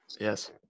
Yes